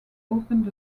opened